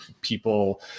people